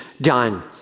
done